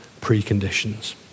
preconditions